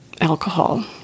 alcohol